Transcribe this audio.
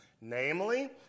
Namely